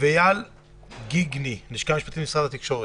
ואיל גיגיני, הלשכה המשפטית במשרד התקשורת.